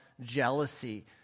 jealousy